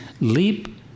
leap